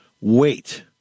Wait